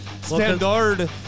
Standard